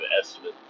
estimate